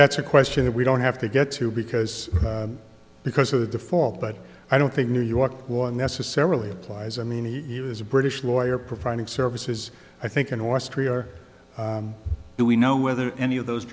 that's a question that we don't have to get to because because of the default but i don't think new york was necessarily applies i mean he was a british lawyer providing services i think in westry or do we know whether any of those